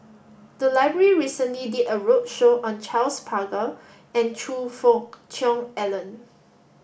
the library recently did a roadshow on Charles Paglar and Choe Fook Cheong Alan